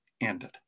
ended